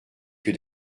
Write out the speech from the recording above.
que